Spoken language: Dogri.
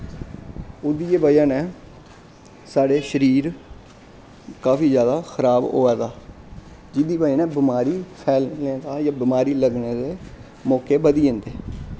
ओह्दी बजह नै साढ़े शरीर काफी जैदा खराब होआ दा जेह्दी बजह कन्नै बमारी फैलने दा जां बमारी लग्गने दे मौके बधी जंदे